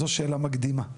זו שאלה מקדימה.